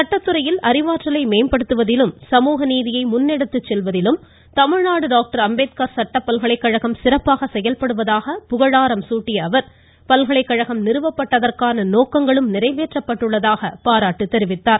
சட்டத்துறையில் அறிவாற்றலை மேம்படுத்துவதிலும் சமுக ந்தியை முன்னெடுத்துச் செல்வதிலும் தமிழ்நாடு டாக்டர் அம்பேத்கர் சட்டப் பல்கலைகழகம் செயல்படுவதாக பல்கலைகழகம் சிறப்பாக புகழாரம் சூட்டிய அவர் நிறுவப்பட்டதற்கான நோக்கங்களும் நிறைவேற்றப்பட்டுள்ளதாக அவர் பாராட்டு தெரிவித்தார்